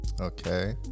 Okay